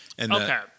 Okay